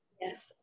Yes